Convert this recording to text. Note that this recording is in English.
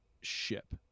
ship